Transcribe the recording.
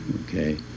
okay